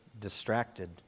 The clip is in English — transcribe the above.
distracted